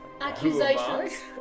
Accusations